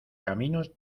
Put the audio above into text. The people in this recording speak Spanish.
caminos